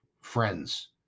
friends